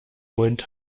mund